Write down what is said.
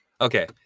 Okay